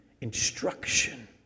instruction